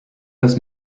has